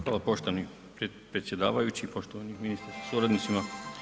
Hvala poštovani predsjedavajući, poštovani ministre sa suradnicima.